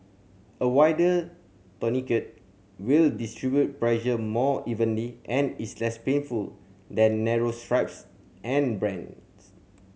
a wider tourniquet will distribute pressure more evenly and is less painful than narrow straps and bands